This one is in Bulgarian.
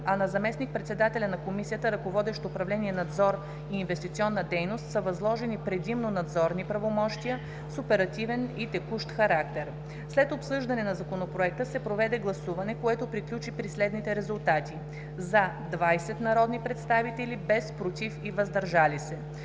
а на заместник-председателя на Комисията, ръководещ управление „Надзор на инвестиционната дейност“, са възложени предимно надзорни правомощия с оперативен и текущ характер. След обсъждане на Законопроекта се проведе гласуване, което приключи при следните резултати: „за” 20 народни представители, без „против” и „въздържали се”.